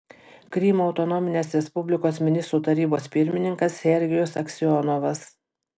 krymo autonominės respublikos ministrų tarybos pirmininkas serhijus aksionovas